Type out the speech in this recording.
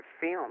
film